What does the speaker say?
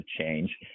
change